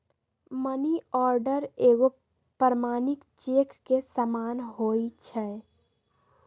money order एगो प्रमाणिक cheque के समान होइ छै